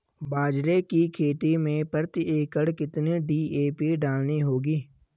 बाजरे की खेती में प्रति एकड़ कितनी डी.ए.पी डालनी होगी?